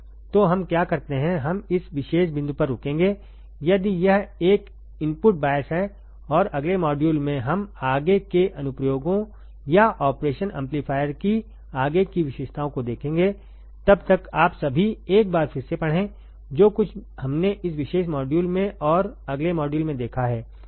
तो हम क्या करते हैं हम इस विशेष बिंदु पर रुकेंगे यदि यह एक इनपुट बायस है और अगले मॉड्यूल में हम आगे के अनुप्रयोगों या ऑपरेशन एम्पलीफायर की आगे की विशेषताओं को देखेंगे तब तक आप सभी एक बार फिर से पढ़ें जो कुछ हमने इस विशेष मॉड्यूल में और अगले मॉड्यूल में देखा है